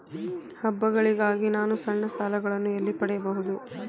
ಹಬ್ಬಗಳಿಗಾಗಿ ನಾನು ಸಣ್ಣ ಸಾಲಗಳನ್ನು ಎಲ್ಲಿ ಪಡೆಯಬಹುದು?